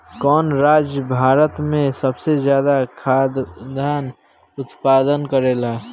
कवन राज्य भारत में सबसे ज्यादा खाद्यान उत्पन्न करेला?